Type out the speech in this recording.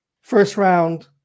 first-round